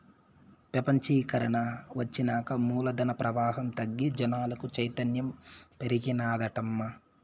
పెపంచీకరన ఒచ్చినాక మూలధన ప్రవాహం తగ్గి జనాలకు చైతన్యం పెరిగినాదటమ్మా